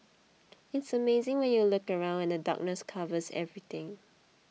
it's amazing when you look around and the darkness covers everything